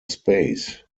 space